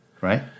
right